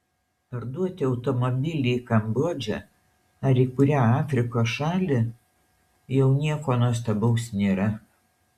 parduoti automobilį į kambodžą ar į kurią afrikos šalį jau nieko nuostabaus nėra